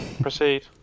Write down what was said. Proceed